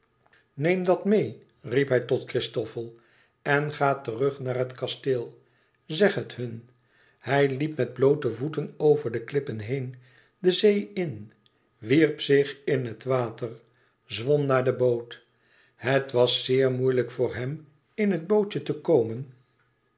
neem dat meê riep hij tot christofel en ga terug naar het kasteel zeg het hun hij liep met bloote voeten over de klippen heen de zee in wierp zich in het water zwom naar de boot het was zeer moeilijk voor hem in het bootje te komen